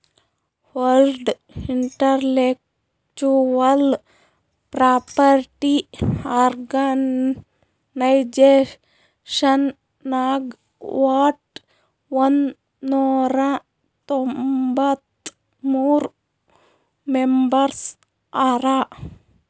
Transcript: world intellectual property organisation ನಾಗ್ ವಟ್ ಒಂದ್ ನೊರಾ ತೊಂಬತ್ತ ಮೂರ್ ಮೆಂಬರ್ಸ್ ಹರಾ